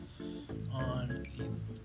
on